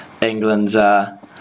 England's